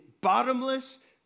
bottomless